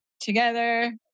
Together